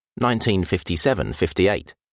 1957-58